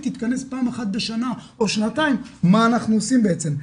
תתכנס פעם אחת בשנה או שנתיים מה אנחנו עושים בעצם?